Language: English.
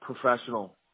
professional